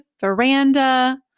Veranda